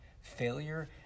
failure